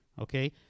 okay